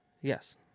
Yes